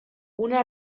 una